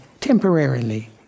temporarily